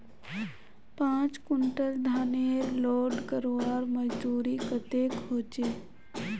पाँच कुंटल धानेर लोड करवार मजदूरी कतेक होचए?